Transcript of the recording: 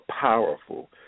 powerful